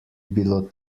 bilo